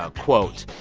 ah quote,